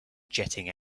jetting